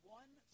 one